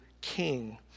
king